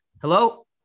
hello